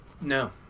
No